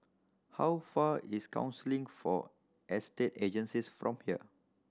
how far is Council for Estate Agencies from here